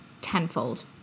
tenfold